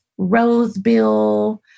rosebill